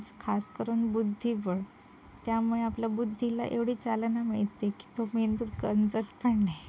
खासकरून बुद्धिबळ त्यामुळे आपल्या बुद्धीला एवढी चालना मिळते की तुम्ही दु गंजत पण नाही